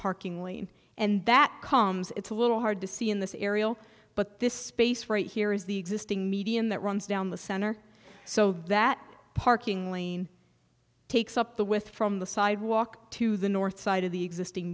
parking lane and that comes it's a little hard to see in this aerial but this space right here is the existing median that runs down the center so that parking lane takes up the with from the sidewalk to the north side of the existing